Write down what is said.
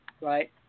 right